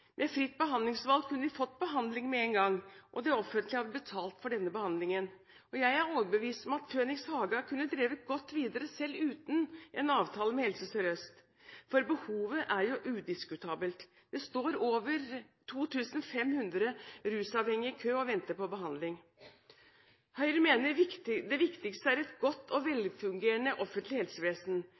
Med fritt behandlingsvalg kunne de fått behandling med en gang, og det offentlige hadde betalt for behandlingen. Jeg er overbevist om at Phoenix Haga kunne drevet godt videre, selv uten en avtale med Helse Sør-Øst – for behovet er jo udiskutabelt! Det står over 2 500 rusavhengige i kø og venter på behandling. Høyre mener det viktigste er et godt og velfungerende offentlig helsevesen.